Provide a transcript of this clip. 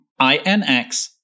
INX